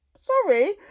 Sorry